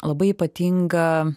labai ypatinga